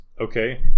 okay